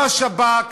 לא השב"כ,